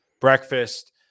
breakfast